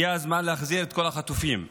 הגיע הזמן להחזיר את כל החטופים.